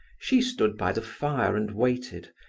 she stood by the fire and waited,